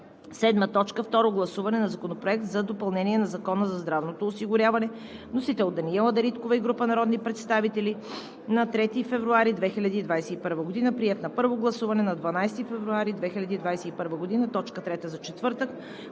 2021 г. 7. Второ гласуване на Законопроекта за допълнение на Закона за здравното осигуряване. Вносители – Даниела Дариткова и група народни представители, на 3 февруари 2021 г. Приет на първо гласуване на 12 февруари 2021 г. – точка трета за четвъртък,